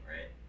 right